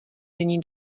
není